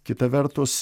kita vertus